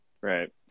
Right